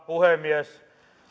puhemies